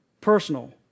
personal